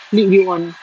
lead you on